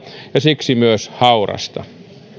ja siksi myös haurasta